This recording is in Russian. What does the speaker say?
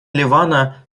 ливана